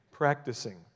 Practicing